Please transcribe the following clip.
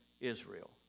Israel